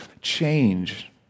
change